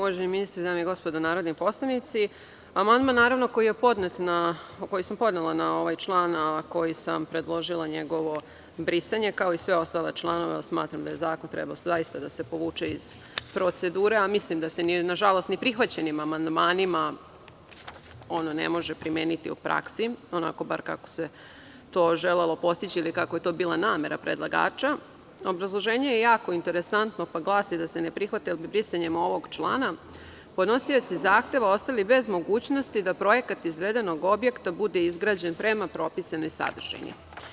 Gospodine ministre, dame i gospodo narodni poslanici, amandman koji sam podnela na ovaj član, a kojim sam predložila njegovo brisanje kao i sve ostale članove jer smatram da zakon treba da se povuče iz procedure, a mislim da se na žalost ni prihvaćenim amandmanima on ne može primeniti u praksi kako se to želelo postići ili kakva je bila namera predlagača, obrazloženje je jako interesantno i glasi da se ne prihvata brisanje ovog člana – podnosioci zahteva bi ostali bez mogućnosti da projekat izvedenog objekta bude izgrađen prema propisanoj sadržini.